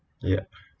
yup